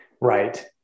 Right